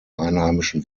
einheimischen